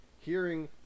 hearing